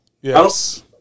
Yes